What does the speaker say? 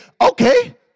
okay